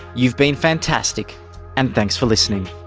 you've been fantastic and thanks for listening